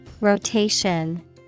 Rotation